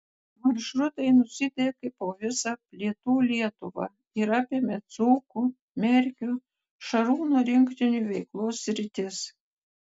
maršrutai nusidriekė po visą pietų lietuvą ir apėmė dzūkų merkio šarūno rinktinių veiklos sritis